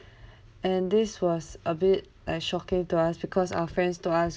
and this was a bit like shocking to us because our friends told us